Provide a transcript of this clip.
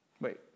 Wait